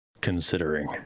considering